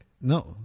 No